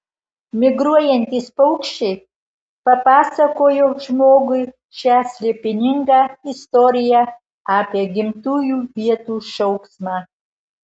migruojantys paukščiai papasakojo žmogui šią slėpiningą istoriją apie gimtųjų vietų šauksmą